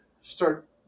start